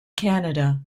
canada